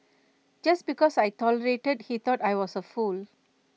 just because I tolerated he thought I was A fool